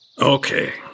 Okay